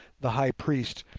the high priest,